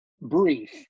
brief